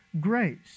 grace